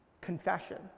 confession